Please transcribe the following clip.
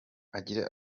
agira